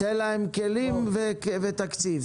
תן להם כלים ותקציב.